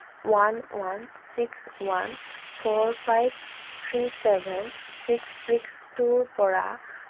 one one six one four five three seven six six টুৰ পৰা